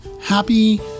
Happy